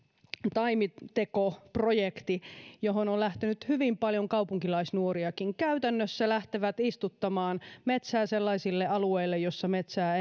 taimiteko projekti johon on lähtenyt hyvin paljon kaupunkilaisnuoriakin käytännössä lähtevät istuttamaan metsää sellaisille alueille joilla metsää